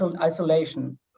isolation